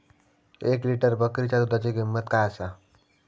एक लिटर बकरीच्या दुधाची किंमत काय आसा?